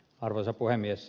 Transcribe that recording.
arvoisa puhemies